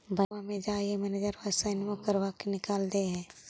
बैंकवा मे जाहिऐ मैनेजरवा कहहिऐ सैनवो करवा के निकाल देहै?